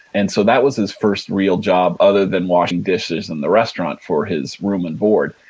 and so, that was his first real job other than washing dishes in the restaurant for his room and board,